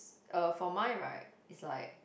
uh for mine right it's like